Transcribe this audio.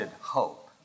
hope